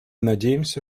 надеемся